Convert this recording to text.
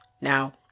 Now